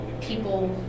people